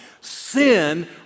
Sin